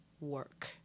work